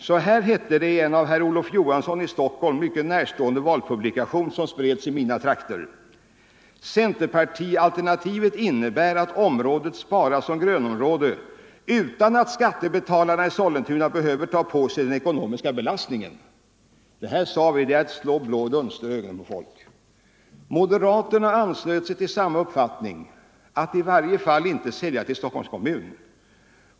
Så här hette det i en herr Olof Johansson i Stockholm närstående valpublikation som spreds i mina trakter: Centerpartialternativet ”innebär att området sparas som grönområde utan att skattebetalarna i Sollentuna behöver ta på sig den ekonomiska belastningen”. Det här, sade vi, är att slå blå dunster i ögonen på folk. Moderaterna anslöt sig till samma uppfattning — att i varje fall inte sälja till Stockholms kommun.